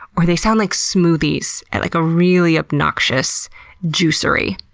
or they sound like smoothies at like a really obnoxious juicery.